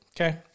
okay